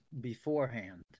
beforehand